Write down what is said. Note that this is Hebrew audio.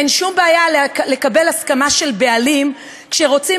אין שום בעיה לקבל הסכמה של בעלים כשרוצים